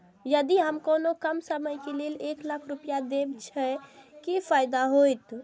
यदि हम कोनो कम समय के लेल एक लाख रुपए देब छै कि फायदा होयत?